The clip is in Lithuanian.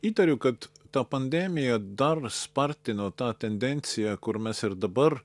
įtariu kad ta pandemija dar spartino tą tendenciją kur mes ir dabar